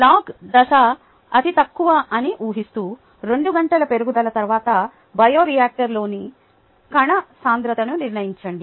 log దశ అతితక్కువ అని ఊహిస్తూ 2 గంటల పెరుగుదల తర్వాత బయోరియాక్టర్లోని కణ సాంద్రతను నిర్ణయించండి